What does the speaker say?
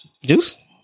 Juice